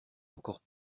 encore